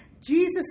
Jesus